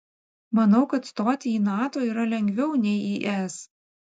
manau kad stoti į nato yra lengviau nei į es